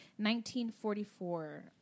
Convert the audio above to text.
1944